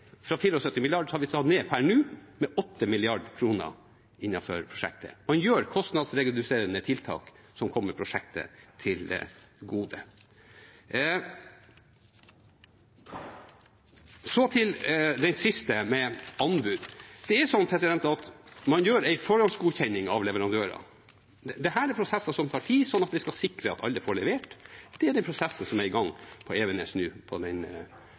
prosjektet. Man gjør kostnadsreduserende tiltak som kommer prosjektet til gode. Så til det siste, anbud. Man gjør en forhåndsgodkjenning av leverandørene. Dette er prosesser som tar tid, sånn at vi skal sikre at alle får levert. Det er den prosessen som nå er i gang på Evenes på det ene prosjektet. Man får en godkjenning av leverandørene, man har lagt ut anbudsdokumentene på